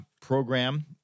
program